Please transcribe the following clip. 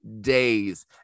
days